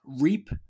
reap